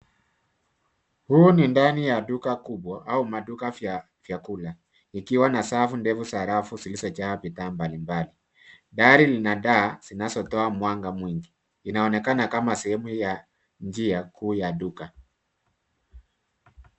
Huu ni ndani ya duka kubwa au maduka vya vyakula ikiwa na safu ndefu za rafu zilizojaa bidhaa mbalimbali. Dari lina taa zinazotoa mwanga mwingi. Inaonekana kama sehemu ya njia kuu ya duka.